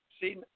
See